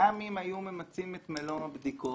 גם אם היו ממצים את מלוא הבדיקות